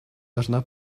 должна